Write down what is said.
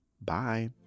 Bye